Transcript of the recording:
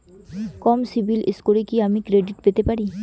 কম CIBIL স্কোরে কি আমি ক্রেডিট পেতে পারি?